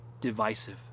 divisive